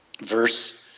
verse